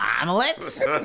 omelets